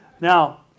Now